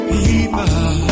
People